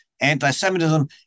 anti-Semitism